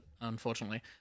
unfortunately